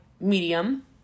medium